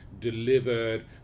delivered